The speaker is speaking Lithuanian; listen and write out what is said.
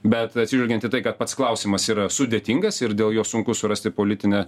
bet atsižvelgiant į tai kad pats klausimas yra sudėtingas ir dėl jo sunku surasti politinę